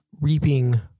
reaping